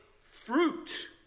fruit